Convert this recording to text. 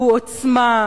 הוא עוצמה,